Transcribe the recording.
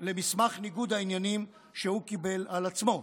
למסמך ניגוד העניינים שהוא קיבל על עצמו.